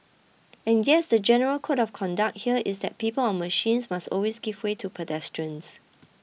and yes the general code of conduct here is that people on machines must always give way to pedestrians